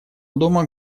дома